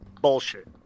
bullshit